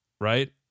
right